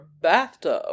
bathtub